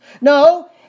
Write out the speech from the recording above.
No